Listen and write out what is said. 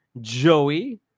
Joey